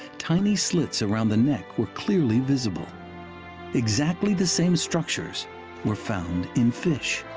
tiny slits around the neck were clearly visible exactly the same structures were found in fish.